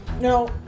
No